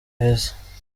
beza